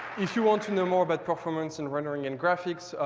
if you want to know more about performance in rendering and graphics,